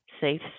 safe